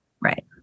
right